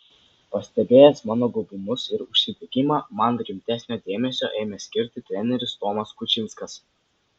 pastebėjęs mano gabumus ir užsidegimą man rimtesnio dėmesio ėmė skirti treneris tomas kučinskas